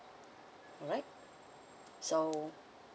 alright so